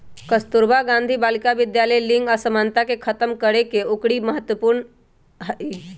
कस्तूरबा गांधी बालिका विद्यालय लिंग असमानता के खतम करेके ओरी महत्वपूर्ण हई